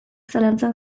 zalantzan